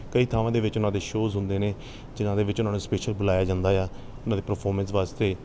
ਕਈ ਥਾਵਾਂ ਦੇ ਵਿੱਚ ਉਹਨਾਂ ਦੇ ਸ਼ੋਅਜ਼ ਹੁੰਦੇ ਨੇ ਜਿਨ੍ਹਾਂ ਦੇ ਵਿੱਚ ਉਹਨਾਂ ਨੂੰ ਸਪੈਸ਼ਲ ਬੁਲਾਇਆ ਜਾਂਦਾ ਆ ਉਹਨਾਂ ਦੀ ਪ੍ਰਫੋਰਮੈਂਸ ਵਾਸਤੇ